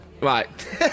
Right